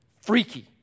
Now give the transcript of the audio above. freaky